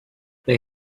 they